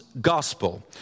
gospel